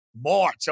March